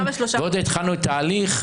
ועוד לא התחלנו את ההליך.